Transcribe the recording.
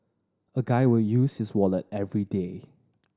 a guy will use his wallet everyday